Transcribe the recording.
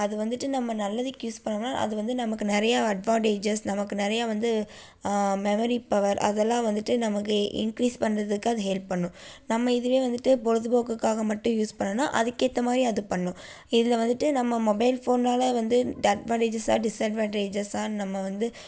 அதுவந்துட்டு நம்ம நல்லதுக்கு யூஸ் பண்ணோம்னா அது வந்து நமக்கு நிறையா அட்வான்டேஜஸ் நமக்கு நிறையா வந்து மெமரி பவர் அதெல்லாம் வந்துட்டு நமக்கு இன்கீரிஸ் பண்ணுறதுக்கு அது ஹெல்ப் பண்ணணும் நம்ம இதுவே வந்துட்டு பொழுதுபோக்குக்காக மட்டும் யூஸ் பண்ணோம்னா அதுக்கு ஏற்றமாதிரி அதுபண்ணும் தில் வந்துட்டு நம்ம மொபைல் ஃபோன்னால வந்து இது அட்வான்டேஜஸ்ஸா டிஸ்அட்வான்டேஜஸ்ஸா நம்ம வந்து